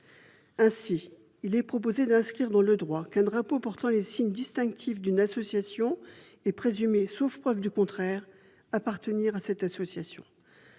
Ainsi, il est proposé d'inscrire dans le droit qu'un drapeau portant les signes distinctifs d'une association d'anciens combattants est présumé, sauf preuve du contraire, appartenir à cette association.